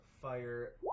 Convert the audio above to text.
fire